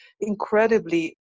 incredibly